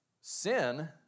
sin